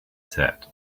said